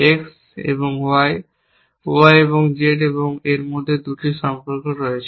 X এবং Y Y এবং Z এর মধ্যে 2টি সম্পর্ক রয়েছে